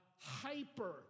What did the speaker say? hyper